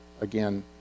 again